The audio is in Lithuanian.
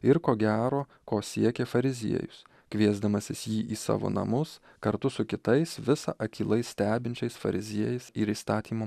ir ko gero ko siekia fariziejus kviesdamasis jį į savo namus kartu su kitais visa akylai stebinčiais fariziejais ir įstatymo